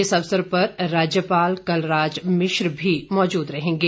इस अवसर पर राज्यपाल कलराज मिश्र भी मौजूद रहेंगे